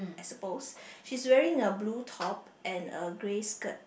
supposed she is wearing a blue top and a grey skirt